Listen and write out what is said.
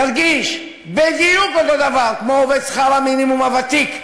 ירגישו בדיוק אותו דבר כמו עובד שכר המינימום הוותיק,